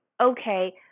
okay